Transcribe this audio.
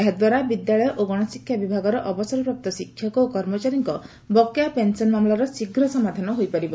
ଏହାଦ୍ୱାରା ବିଦ୍ୟାଳୟ ଓ ଗଣଶିକ୍ଷା ବିଭାଗର ଅବସରପ୍ରାପ୍ତ ଶିକ୍ଷକ ଓ କର୍ମଚାରୀଙ୍କ ବକେୟା ପେନ୍ସନ୍ ମାମଲାର ଶୀଘ୍ର ସମାଧାନ ହୋଇପାରିବ